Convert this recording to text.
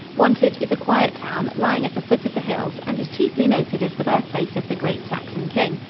wantage is a quiet town, lying at the foot of the hills, and is chiefly noted as the birthplace of the great saxon king.